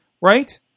right